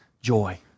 joy